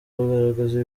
kugaragaza